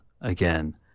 again